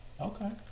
Okay